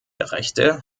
rechte